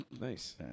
Nice